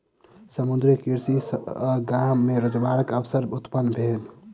समुद्रीय कृषि सॅ गाम मे रोजगारक अवसर उत्पन्न भेल